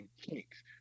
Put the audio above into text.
kinks